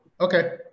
Okay